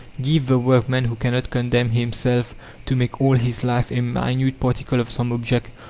give the workman who cannot condemn himself to make all his life a minute particle of some object,